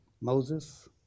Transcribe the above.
Moses